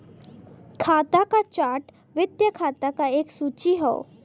खाता क चार्ट वित्तीय खाता क एक सूची हौ